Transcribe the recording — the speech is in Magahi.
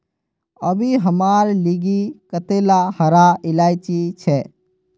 अभी हमार लिगी कतेला हरा इलायची छे